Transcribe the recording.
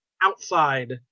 outside